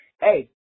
Hey